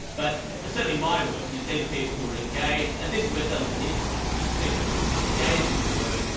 but certainly in my work you see the people who are engaged and this is where seligman is right so you see people engaged in their work,